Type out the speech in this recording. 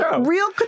real